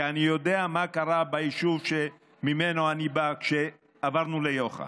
כי אני יודע מה קרה ביישוב שממנו אני בא כשעברנו ליוח"א.